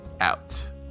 out